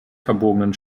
verbogenen